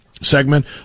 segment